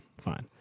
fine